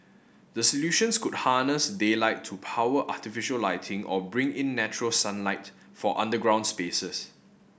the solutions could harness daylight to power artificial lighting or bring in natural sunlight for underground spaces